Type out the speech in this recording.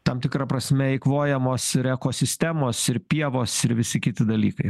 tam tikra prasme eikvojamos ir ekosistemos ir pievos ir visi kiti dalykai